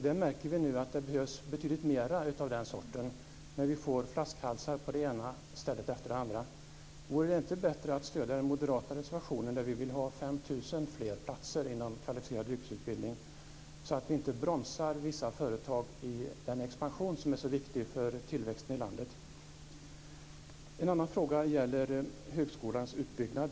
Vi märker nu att det behövs betydligt mer av den sorten när vi får flaskhalsar på det ena stället efter det andra. Vore det inte bättre att stödja den moderata reservationen där vi vill ha 5 000 fler platser inom kvalificerad yrkesutbildning, så att vi inte bromsar vissa företag i den expansion som är så viktig för tillväxten i landet? En annan fråga gäller högskolans utbyggnad.